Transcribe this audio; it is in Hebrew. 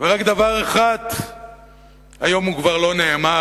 ורק דבר אחד היום כבר לא נאמר,